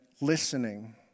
listening